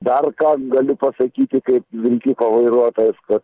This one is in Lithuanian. dar ką galiu pasakyti kaip vilkiko vairuotojus kad